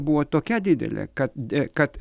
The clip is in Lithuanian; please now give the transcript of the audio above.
buvo tokia didelė kad kad